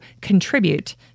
contribute